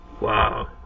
Wow